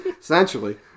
Essentially